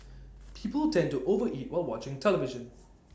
people tend to over eat while watching the television